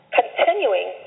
continuing